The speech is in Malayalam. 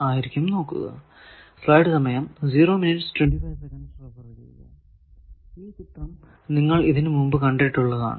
ആയിരിക്കും നോക്കുക ഈ ചിത്രം നിങ്ങൾ ഇതിനു മുമ്പ് കണ്ടിട്ടുള്ളതാണ്